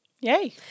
yay